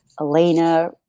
Elena